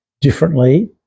differently